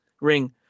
ring